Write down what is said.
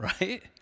right